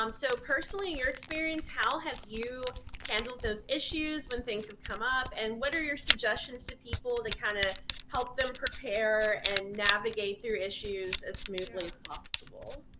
um so personally, in your experience, how have you handled those issues? when things have come up? and what are your suggestions to people that kinda help them prepare and navigate through issues as smoothly as possible?